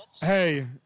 Hey